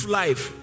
life